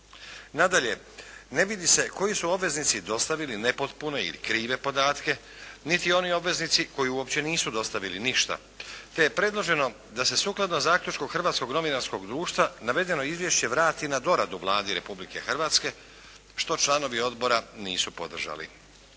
Nadalje, ne vidi se koji su obveznici dostavili nepotpune ili krive podatke, niti oni obveznici koji uopće nisu dostavili ništa te je predloženo da se sukladno zaključku Hrvatskog novinarskog društva navedeno izvješće vrati na doradu Vladi Republike Hrvatske što članovi odbora nisu podržali.